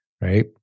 right